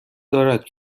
دارد